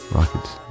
Rockets